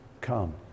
come